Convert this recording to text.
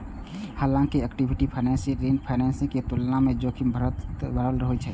हालांकि equity financing ऋण financing के तुलना मे जोखिम भरल होइ छै